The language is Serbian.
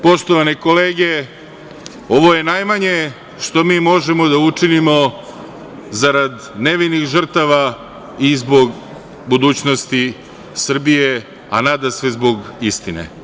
Poštovane kolege, ovo je najmanje što mi možemo da učinimo zarad nevinih žrtava i zbog budućnosti Srbije, a nadasve zbog istine.